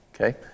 Okay